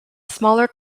smaller